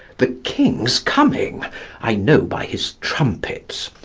the king's coming i know by his trumpets.